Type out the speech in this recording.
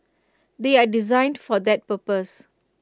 they are designed for that purpose